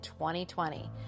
2020